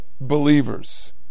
believers